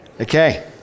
Okay